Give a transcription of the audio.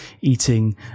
eating